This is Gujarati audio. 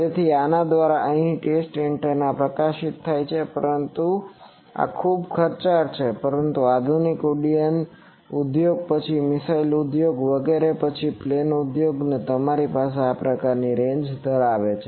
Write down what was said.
તેથી આના દ્વારા અહીં ટેસ્ટ એન્ટેના પ્રકાશિત થાય છે પરંતુ આ ખૂબ ખર્ચાળ છે પરંતુ આધુનિક આ ઉડ્ડયન ઉદ્યોગ પછી મિસાઇલ ઉદ્યોગ વગેરે પછી પ્લેન ઉદ્યોગ તેમની પાસે આ પ્રકારની રેન્જ ધરાવે છે